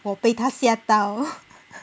我被它吓到